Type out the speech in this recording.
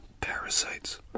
parasites